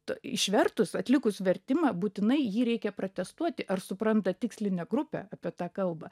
t išvertus atlikus vertimą būtinai jį reikia pratestuoti ar supranta tikslinė grupė apie tą kalbą